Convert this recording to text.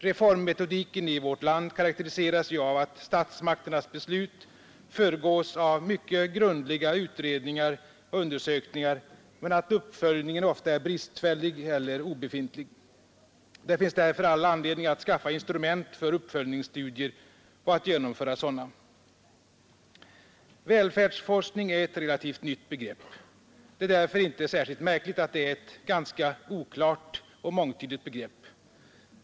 Reformmetodiken i vårt land karakteriseras ju av att statsmakternas beslut föregås av mycket grundliga utredningar och undersökningar men att uppföljningen ofta är bristfällig eller obefintlig. Det finns därför all anledning att skaffa instrument för uppföljningsstudier och att genomföra sådana. Välfärdsforskning är ett relativt nytt begrepp. Det är därför inte särskilt märkligt att det är ett ganska oklart och mångtydigt begrepp.